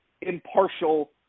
impartial